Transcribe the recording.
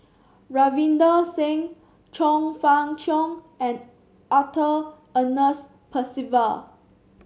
Ravinder Singh Chong Fah Cheong and Arthur Ernest Percival